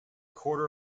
quarter